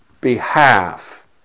behalf